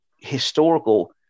historical